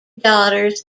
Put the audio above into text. daughters